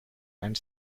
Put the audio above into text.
and